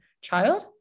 child